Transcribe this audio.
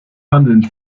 handeln